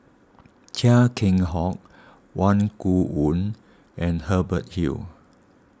Chia Keng Hock Wang Gungwu and Hubert Hill